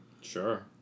Sure